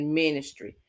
ministry